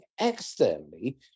externally